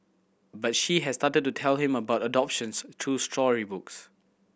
but she has started to tell him about adoptions through storybooks